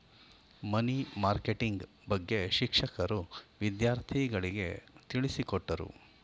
ಮನಿ marketing ಬಗ್ಗೆ ಶಿಕ್ಷಕರು ವಿದ್ಯಾರ್ಥಿಗಳಿಗೆ ತಿಳಿಸಿಕೊಟ್ಟರು